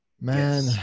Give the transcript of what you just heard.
man